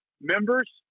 members